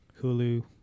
Hulu